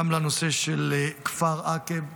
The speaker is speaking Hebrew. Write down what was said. גם לנושא של כפר עקב.